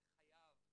וחייב,